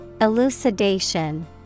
Elucidation